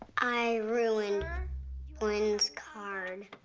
i ruined blynn's card.